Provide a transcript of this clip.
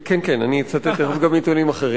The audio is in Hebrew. כן, כן, אני אצטט תיכף גם מעיתונים אחרים.